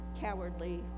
cowardly